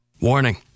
warning